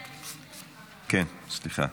כן, סליחה.